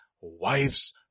wives